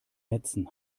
netzen